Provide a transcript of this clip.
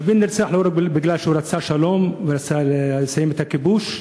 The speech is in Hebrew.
רבין נרצח לא רק מפני שהוא רצה שלום ורצה לסיים את הכיבוש.